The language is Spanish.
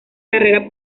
carrera